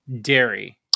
Dairy